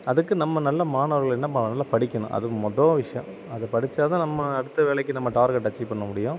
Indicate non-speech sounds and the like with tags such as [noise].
அதுக்கு நம்ம நல்ல மாணவர்கள் [unintelligible] நல்ல படிக்கணும் அது மொத விஷ்யம் அது படித்தாதான் நம்ம அடுத்த வேலைக்கு நம்ம டார்கெட் அச்சீவ் பண்ண முடியும்